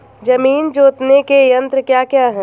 जमीन जोतने के यंत्र क्या क्या हैं?